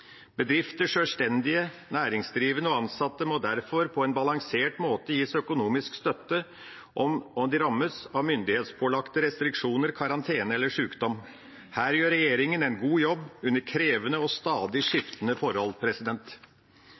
Bedrifter, sjølstendig næringsdrivende og ansatte må derfor på en balansert måte gis økonomisk støtte om de rammes av myndighetspålagte restriksjoner, karantene eller sykdom. Her gjør regjeringa en god jobb under krevende og stadig skiftende forhold.